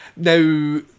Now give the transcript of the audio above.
Now